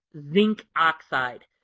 zinc oxide.